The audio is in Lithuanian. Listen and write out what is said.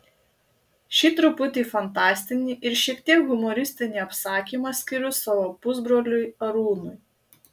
šį truputį fantastinį ir šiek tiek humoristinį apsakymą skiriu savo pusbroliui arūnui